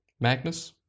Magnus